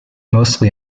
mostly